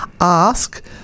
ask